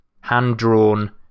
hand-drawn